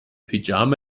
pyjama